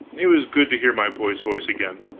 it was good to hear my boy's voice again.